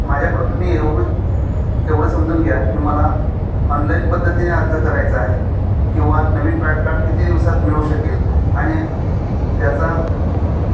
माझ्याकडून तुम्ही एव एवढं समजून घ्या की मला ऑनलाईन पद्धतीने अर्ज करायचं आहे किंवा नवीन पॅड कार्ड किती दिवसात मिळू शकेल आणि त्याचा